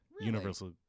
universal